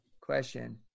question